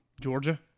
Georgia